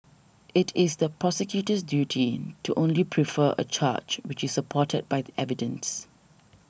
it is the prosecutor's duty to only prefer a charge which is supported by the evidence